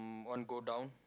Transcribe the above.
one go down